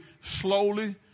slowly